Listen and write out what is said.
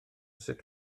sut